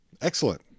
excellent